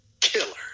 killer